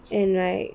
and like